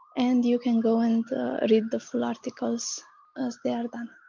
and you can go and read the full articles as they are done.